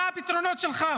מה הפתרונות שלך?